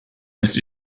met